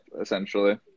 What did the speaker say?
essentially